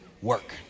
work